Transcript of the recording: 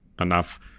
enough